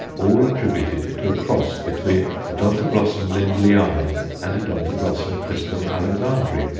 all attributed to a cross between odontoglossum lindleyanum and odontoglossum crispum alexandrae,